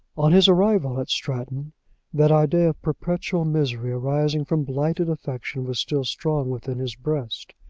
on his arrival at stratton that idea of perpetual misery arising from blighted affection was still strong within his breast.